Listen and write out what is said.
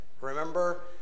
Remember